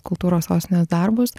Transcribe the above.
kultūros sostinės darbus